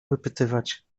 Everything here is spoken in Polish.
wypytywać